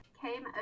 came